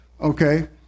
Okay